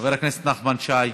חבר הכנסת נחמן שי,